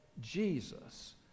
Jesus